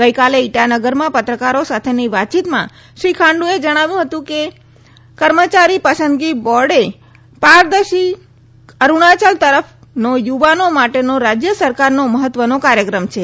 ગઇકાલે ઇટાનગરમાં પત્રકારો સાથેની વાતચીતમાં શ્રી ખાંડએ જણાવ્યું હતું કે કર્મચારી પસંદગી બોર્ડએ પારદર્શી અરૂણાયલ તરફનો યુવાનો માટેનો રાજ્ય સરકારનો મહત્વનો કાર્યક્રમ છે